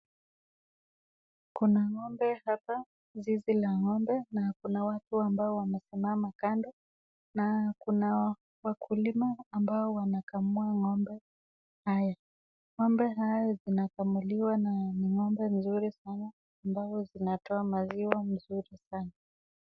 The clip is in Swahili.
Kuna ng'ombe hapa, zizi la ng'ombe na kuna watu ambao wamesimama kando na kuna wakulima ambao wamekamua ng'ombe haya. Ng'ombe haya zinakamuliwa ni ng'ombe mzuri sana ambazo zinatoa maziwa mzuri sana.